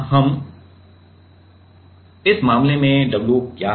तो अब इस मामले में w क्या है